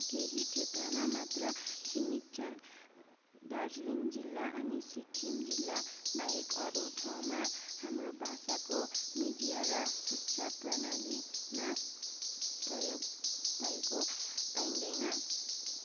केही क्षेत्रमा मात्र सीमित छन् दार्जिलिङ जिल्ला अनि सिक्किम जिल्ला बाहेक अरू ठाउँमा हाम्रो भाषाको मिडिया र शिक्षा प्रणालीमा प्रयोग भएको पाइँदैन